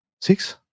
Six